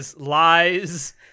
lies